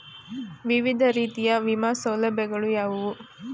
ವಿವಿಧ ರೀತಿಯ ವಿಮಾ ಸೌಲಭ್ಯಗಳು ಯಾವುವು?